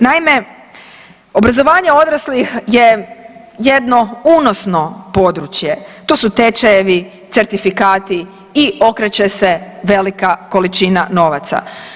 Naime, obrazovanje odraslih je jedno unosno područje, to su tečajevi, certifikati i okreće se velika količina novaca.